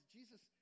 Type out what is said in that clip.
Jesus